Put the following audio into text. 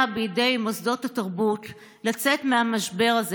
בידי מוסדות התרבות לצאת מהמשבר הזה.